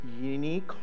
unique